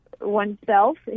oneself